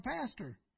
pastor